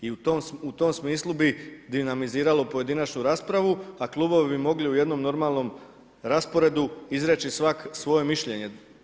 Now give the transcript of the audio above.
I u tom smislu bi dinamiziralo pojedinačnu raspravu a klubovi bi mogli u jednom normalnom rasporedu izreći svako svoje mišljenje.